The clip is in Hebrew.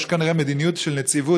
יש כנראה מדיניות של נציבות,